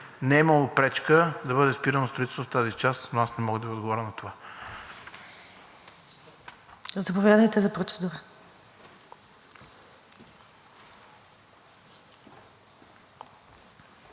е имало пречка да бъде спирано строителството в тази част, но аз не мога да Ви отговоря на това.